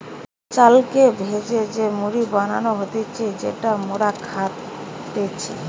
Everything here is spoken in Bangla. চালকে ভেজে যে মুড়ি বানানো হতিছে যেটা মোরা খাইতেছি